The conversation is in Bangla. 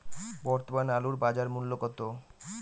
বর্তমানে আলুর বাজার মূল্য কত?